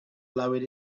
lowered